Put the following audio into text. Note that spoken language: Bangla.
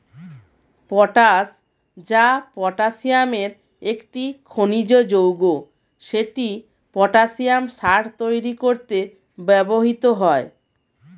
পটাশ, যা পটাসিয়ামের একটি খনিজ যৌগ, সেটি পটাসিয়াম সার তৈরি করতে ব্যবহৃত হয়